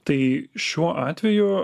tai šiuo atveju